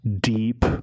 deep